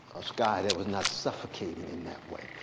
a sky that was not suffocating in that way.